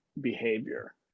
behavior